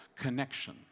connection